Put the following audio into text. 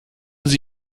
sie